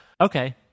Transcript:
okay